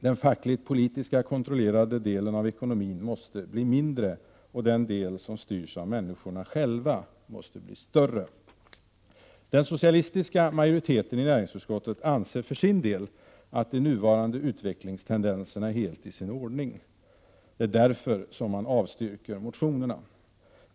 Den fackligt-politiskt kontrollerade delen av ekonomin måste bli mindre, och den del som styrs av människorna själva måste bli större. Den socialistiska majoriteten i näringsutskottet anser för sin del att de nuvarande utvecklingstendenserna är helt i sin ordning. Det är därför man avstyrker motionerna.